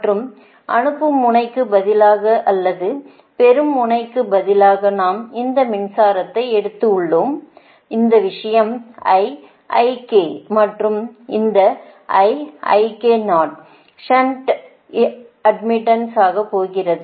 மற்றும் அனுப்பும் முனைக்கு பதிலாக அல்லது பெரும் முனைக்கு பதிலாக நாம் இந்த மின்சாரதை எடுத்து உள்ளோம் அந்த விஷயம் மற்றும் இந்த ஷன்ட் அட்மிடன்ஸ் ஆக போகிறது